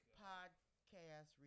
podcast